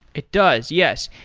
it does, yes.